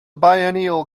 biennial